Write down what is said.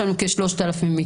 כ-3,000.